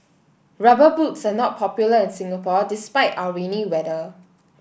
rubber boots are not popular in Singapore despite our rainy weather